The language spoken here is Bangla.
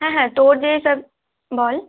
হ্যাঁ হ্যাঁ তোর যে বল